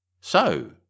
So